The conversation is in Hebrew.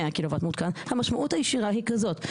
קילוואט מותקן המשמעות הישירה היא כזאת,